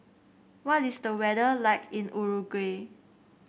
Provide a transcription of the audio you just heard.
what is the weather like in Uruguay